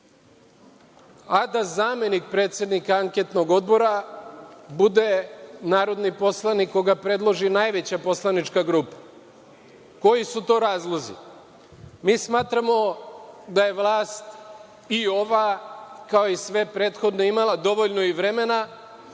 a da zamenik predsednika anketnog odbora bude narodni poslanik koga predloži najveća poslanička grupa. Koji su to razlozi? Mi smatramo da je vlast, i ova, kao i sve prethodne imala dovoljno i vremena